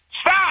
stop